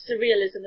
surrealism